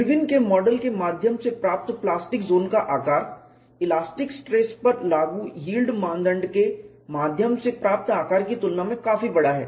Irwin के model के माध्यम से प्राप्त प्लास्टिक ज़ोन का आकार इलास्टिक क्षेत्र पर लागू यील्ड मानदंड के माध्यम से प्राप्त आकार की तुलना में काफी बड़ा है